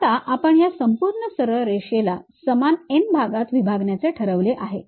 आता आपण या संपूर्ण सरळ रेषेला समान n भागांत विभागण्याचे ठरवले आहे